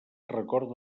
recorda